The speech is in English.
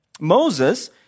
Moses